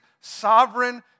sovereign